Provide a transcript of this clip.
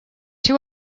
two